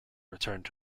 returned